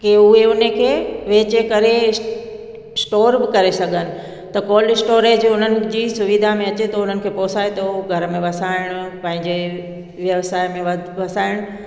की उहे उन खे बेचे करे स्टोर बि करे सघनि त कोल्ड स्टोरेज हुननि जी सुविधा में अचे थो हुननि खे पोसाए थो घर में वसाइण पंहिंजे व्यवसाय में वस वसाइणु